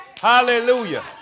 Hallelujah